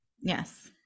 yes